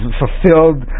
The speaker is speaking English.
fulfilled